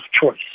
choice